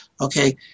Okay